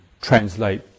translate